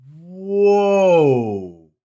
Whoa